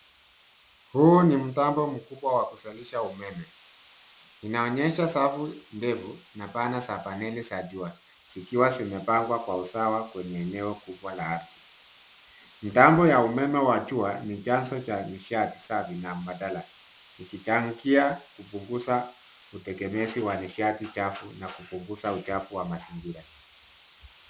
Huu ni mtambo mkubwa wa kuzalisha umeme. Inaonyesha safu ndefu na pana za paneli za jua zikiwa zimepangwa kwa usawa kwenye eneo kubwa la ardhi. Mtambo wa umeme wa jua ni chanzo cha nishati safi na mbadala ikichangia kupunguza utegemezi wa nishati chafu na kupunguza uchafu wa mazingira.